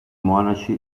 monaci